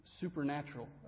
Supernatural